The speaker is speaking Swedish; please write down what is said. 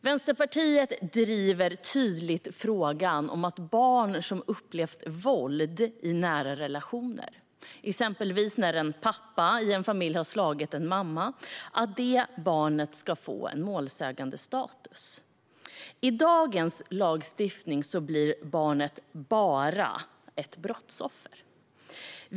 Vänsterpartiet driver tydligt frågan om att barn som har upplevt våld i nära relationer, exempelvis då en pappa i en familj har slagit en mamma, ska få målsägandestatus. Med dagens lagstiftning blir barnet "bara" ett brottsoffer.